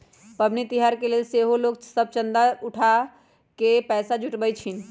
पबनि तिहार के लेल सेहो लोग सभ चंदा उठा कऽ पैसा जुटाबइ छिन्ह